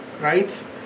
Right